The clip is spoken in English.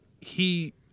he-